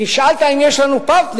כשנשאלת אם יש לנו פרטנר,